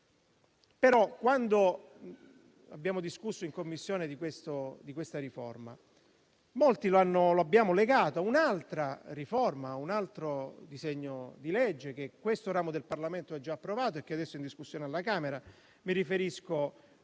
Però, quando abbiamo discusso in Commissione di questa riforma, in molti la abbiamo legata a un'altra riforma, o un altro disegno di legge che questo ramo del Parlamento ha già approvato e che adesso è in discussione alla Camera. Mi riferisco